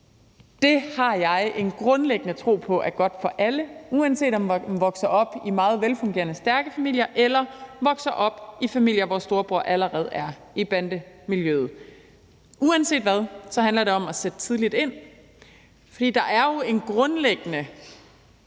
Det har jeg en grundlæggende tro på er godt for alle, uanset om man vokser op i meget velfungerende, stærke familier, eller man vokser op i familier, hvor storebror allerede er i bandemiljøet. Uanset hvad handler det om at sætte tidligt ind. For det er jo grundlæggende